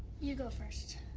you go first